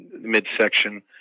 midsection